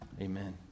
Amen